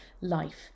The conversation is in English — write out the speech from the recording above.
life